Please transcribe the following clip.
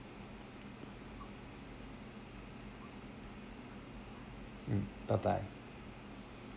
mm bye bye